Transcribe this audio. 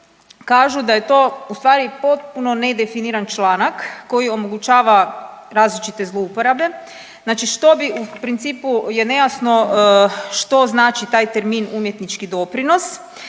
kažu da je to ustvari potpuno nedefiniran članak koji omogućava različite zlouporabe, znači što bi u principu je nejasno što znači taj termin umjetnički doprinos.